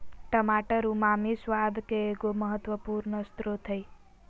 टमाटर उमामी स्वाद के एगो महत्वपूर्ण स्रोत हइ